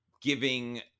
giving